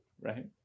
right